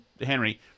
Henry